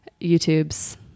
YouTube's